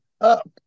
up